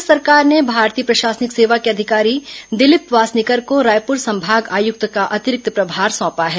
राज्य सरकार ने भारतीय प्रशासनिक सेवा के अधिकारी दिलीप वासनीकर को रायपुर संभागायुक्त का अतिरिक्त प्रभार सौंपा है